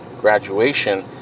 graduation